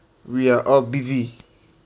we're all busy